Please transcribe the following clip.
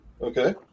Okay